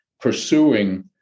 pursuing